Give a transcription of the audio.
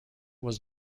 was